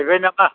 गायबाय नामा